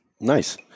nice